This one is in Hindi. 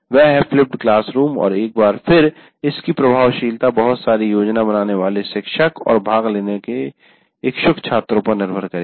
वह है फ़्लिप्ड क्लासरूम और एक बार फिर इसकी प्रभावशीलता बहुत सारी योजना बनाने वाले शिक्षक और भाग लेने के इच्छुक छात्रों पर निर्भर करेगी